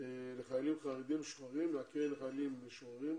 לחיילים חרדים מהקרן לחיילים משוחררים,